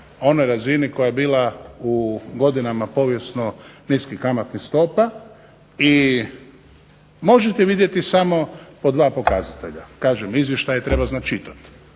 onoj razini koja je bila u godinama povijesno niskih kamatnih stopa i možete vidjeti samo po dva pokazatelja. Kažem, izvještaje treba znati čitati.